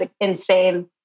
insane